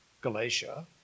Galatia